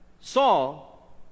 Saul